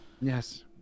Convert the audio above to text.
Yes